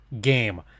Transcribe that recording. game